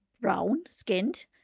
brown-skinned